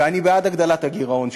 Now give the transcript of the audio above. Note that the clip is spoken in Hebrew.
ואני בעד הגדלת הגירעון,